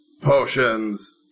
Potions